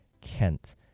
Kent